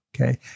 okay